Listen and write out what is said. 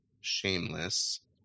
shameless